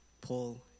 Paul